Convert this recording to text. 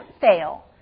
fail